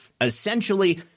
Essentially